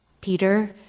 Peter